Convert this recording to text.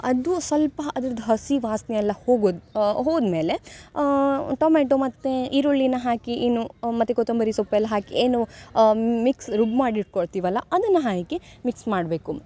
ಅದು ಸ್ವಲ್ಪ ಅದ್ರದ್ದು ಹಸಿ ವಾಸನೆ ಎಲ್ಲ ಹೋಗೋದು ಹೋದ ಮೇಲೆ ಟೊಮೆಟೊ ಮತ್ತು ಈರುಳ್ಳಿನ ಹಾಕಿ ಏನು ಮತ್ತು ಕೊತ್ತಂಬರಿ ಸೊಪ್ಪೆಲ್ಲ ಹಾಕಿ ಏನು ಮಿಕ್ಸ್ ರುಬ್ಬಿ ಮಾಡಿ ಇಟ್ಕೊಳ್ತೀವಲ್ಲ ಅದನ್ನು ಹಾಕಿ ಮಿಕ್ಸ್ ಮಾಡಬೇಕು